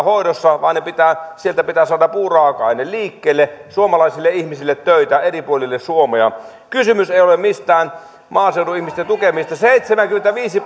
hoidossa ja sieltä pitää saada puuraaka aine liikkeelle suomalaisille ihmisille töitä eri puolille suomea kysymys ei ole mistään maaseudun ihmisten tukemisesta seitsemänkymmentäviisi